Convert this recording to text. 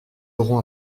aurons